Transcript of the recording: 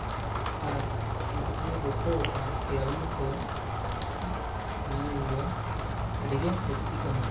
ᱟᱨ ᱚᱱᱟ ᱪᱟᱹᱴᱟᱹᱱᱤ ᱵᱟᱹᱭᱥᱟᱹᱣ ᱟᱠᱟᱱ ᱥᱮᱭᱟᱞᱚᱢ ᱠᱚ ᱧᱮᱞ ᱫᱚ ᱟᱹᱰᱤ ᱜᱮ ᱞᱟᱹᱠᱛᱤ ᱠᱟᱱᱟ